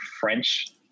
French